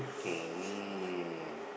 can